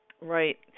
right